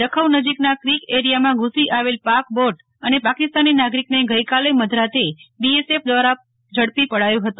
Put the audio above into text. જખૌ નજીકના કોક એરિયામાં ઘ્સી આવેલ પાક બોટ અને પાકિસ્તાની નાગ રિકને ગઈકાલે મધરાતે બીએસએફ દવારા ઝડપી પડાયો હતો